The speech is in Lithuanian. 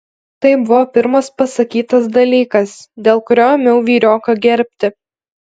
tai buvo pirmas pasakytas dalykas dėl kurio ėmiau vyrioką gerbti